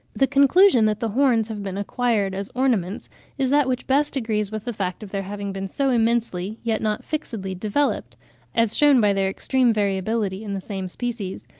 the conclusion that the horns have been acquired as ornaments is that which best agrees with the fact of their having been so immensely, yet not fixedly, developed as shewn by their extreme variability in the same species,